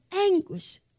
anguish